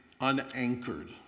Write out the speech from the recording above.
unanchored